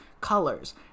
colors